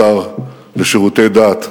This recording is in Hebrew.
השר לשירותי דת,